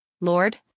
Lord